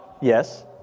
Yes